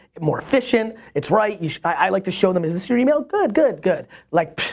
more efficient, it's right i like to show them, is this your email? good, good, good. like